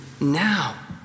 now